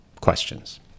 questions